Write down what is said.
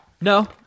No